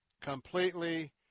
completely